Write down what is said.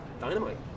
dynamite